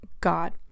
God